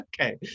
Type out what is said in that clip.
Okay